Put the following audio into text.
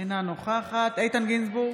אינה נוכחת איתן גינזבורג,